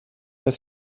dass